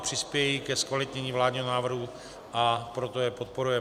Přispějí ke zkvalitnění vládního návrhu, a proto je podporujeme.